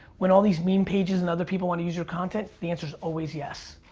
when all these meme pages and other people wanna use your content, the answer's always yes.